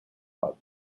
club